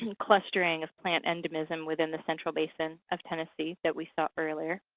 and clustering of plant endemism within the central basin of tennessee that we saw earlier.